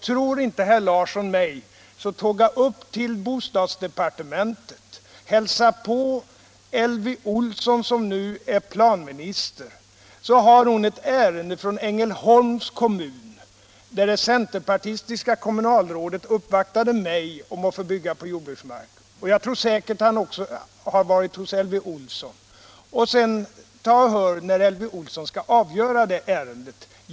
Tror inte herr Larsson mig, så tåga upp till bostadsdepartementet och hälsa på Elvy Olsson, som nu är planminister. Hon har ett ärende från Ängelholms kommun. Ett centerpartistiskt kommunalråd uppvaktade mig för att få bygga på jordbruksmark, och säkert har han också varit hos Elvy Olsson. Ta och hör efter när hon skall avgöra det ärendet!